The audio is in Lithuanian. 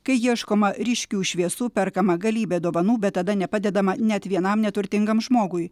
kai ieškoma ryškių šviesų perkama galybė dovanų bet tada nepadedama net vienam neturtingam žmogui